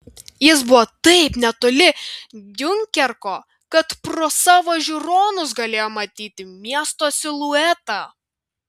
jis buvo taip netoli diunkerko kad pro savo žiūronus galėjo matyti miesto siluetą